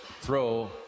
throw